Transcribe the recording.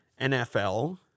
NFL